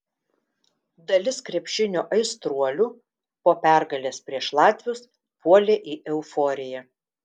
dalis krepšinio aistruolių po pergalės prieš latvius puolė į euforiją